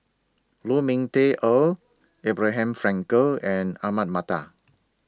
Lu Ming Teh Earl Abraham Frankel and Ahmad Mattar